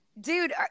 Dude